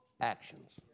actions